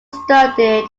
studied